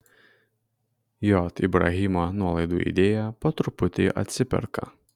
j ibrahimo nuolaidų idėja po truputį atsiperka